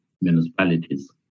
municipalities